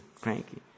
cranky